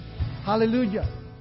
Hallelujah